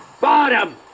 bottom